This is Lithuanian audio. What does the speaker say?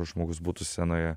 žmogus būtų scenoje